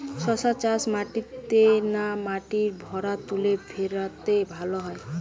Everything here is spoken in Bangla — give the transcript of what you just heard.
শশা চাষ মাটিতে না মাটির ভুরাতুলে ভেরাতে ভালো হয়?